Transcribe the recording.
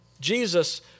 Jesus